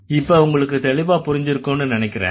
இப்ப உங்களுக்கு தெளிவா புரிஞ்சிருக்கும்னு நினைக்கறேன்